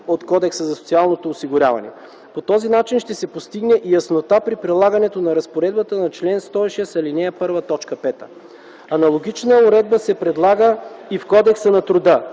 от Кодекса за социално осигуряване. По този начин ще се постигне яснота при прилагането на разпоредбата на чл. 106, ал. 1, т. 5. Аналогична уредба се предлага и в Кодекса на труда.